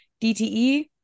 DTE